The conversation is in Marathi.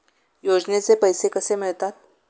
योजनेचे पैसे कसे मिळतात?